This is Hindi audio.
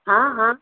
हाँ हाँ